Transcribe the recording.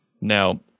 Now